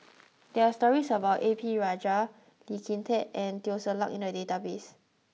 there are stories about A P Rajah Lee Kin Tat and Teo Ser Luck in the database